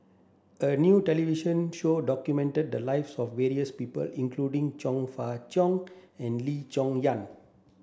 a new television show documented the lives of various people including Chong Fah Cheong and Lee Cheng Yan